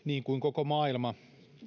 niin kuin koko maailma